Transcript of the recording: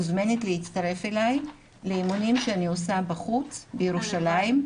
מוזמנת להצטרף אליי לאימונים שאני עושה בחוץ בירושלים,